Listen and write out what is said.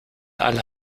aller